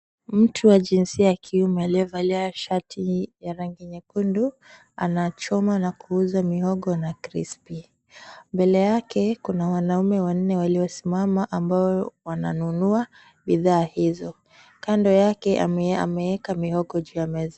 Mtu wa jinsia ya kiume aliyevaa shati ya rangi nyekundu anachoma na kuuza mihogo na crispy. Mbele yake kuna wanaume wanne waliosimama ambao wananunua bidhaa hizo. Kando yake ameweka mihogo juu ya meza.